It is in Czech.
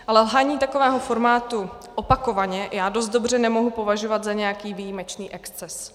Ale lhaní takového formátu opakovaně já dost dobře nemohu považovat za nějaký výjimečný exces.